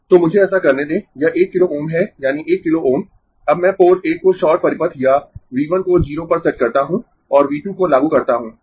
तो मुझे ऐसा करने दें यह 1 किलो Ω है यानी 1 किलो Ω अब मैं पोर्ट 1 को शॉर्ट परिपथ या V 1 को 0 पर सेट करता हूं और V 2 को लागू करता हूं